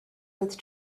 with